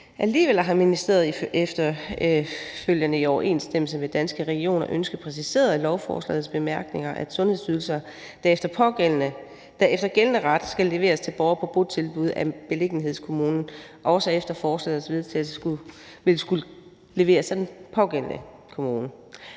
Alligevel har ministeriet i overensstemmelse med Danske Regioner ønsket præciseret i lovforslagets bemærkninger, at sundhedsydelser, der efter gældende ret skal leveres til borgere på botilbud af beliggenhedskommunen, også efter forslagets vedtagelse vil skulle leveres af den pågældende kommune.